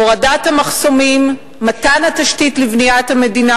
הורדת המחסומים, מתן התשתית לבניית המדינה.